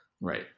Right